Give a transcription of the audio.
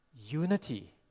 Unity